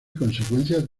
consecuencias